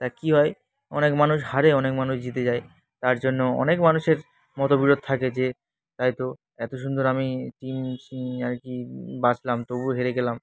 তা কী হয় অনেক মানুষ হারে অনেক মানুষ জিতে যায় তার জন্য অনেক মানুষের মতবিরোধ থাকে যে তাই তো এত সুন্দর আমি টিম সিম আর কি বাছলাম তবুও হেরে গেলাম